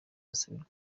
asabirwa